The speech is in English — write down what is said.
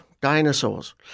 dinosaurs